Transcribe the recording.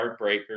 heartbreaker